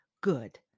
Good